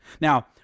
Now